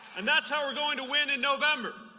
and that is how we are going to win in november.